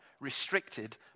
restricted